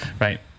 Right